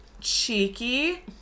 cheeky